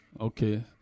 Okay